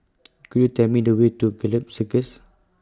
Could YOU Tell Me The Way to Gallop Circus